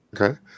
Okay